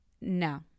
no